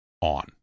on